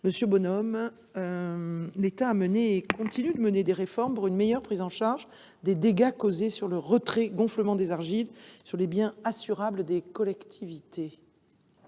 Monsieur Bonhomme, l’État a mené et continue de mener des réformes pour améliorer la prise en charge des dégâts causés par le retrait gonflement des argiles sur les biens assurables des collectivités.